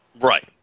Right